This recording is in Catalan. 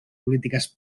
polítiques